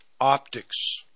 Optics